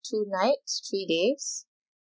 two nights three days